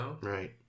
Right